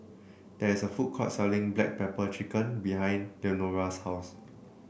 there's a food court selling Black Pepper Chicken behind Leonora's house